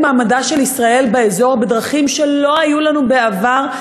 מעמדה של ישראל באזור בדרכים שלא היו לנו בעבר.